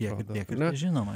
jeigu ir tiek ir težinoma